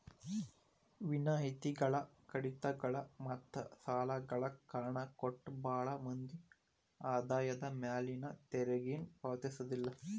ವಿನಾಯಿತಿಗಳ ಕಡಿತಗಳ ಮತ್ತ ಸಾಲಗಳ ಕಾರಣ ಕೊಟ್ಟ ಭಾಳ್ ಮಂದಿ ಆದಾಯದ ಮ್ಯಾಲಿನ ತೆರಿಗೆನ ಪಾವತಿಸೋದಿಲ್ಲ